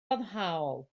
foddhaol